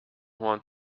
want